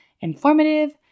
informative